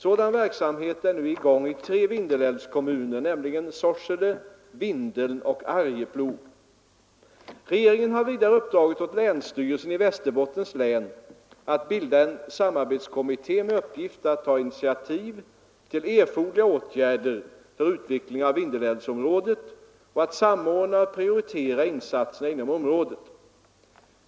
Sådan verksamhet är nu i gång i tre Vindelälvskommuner, nämligen Sorsele, Vindeln och Arjeplog. Regeringen har vidare uppdragit åt länsstyrelsen i Västerbottens län att bilda en samarbetskommitté med uppgift att ta initiativ till erforderliga åtgärder för utveckling av Vindelälvsområdet och att samordna och prioritera insatserna inom området.